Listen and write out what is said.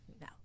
No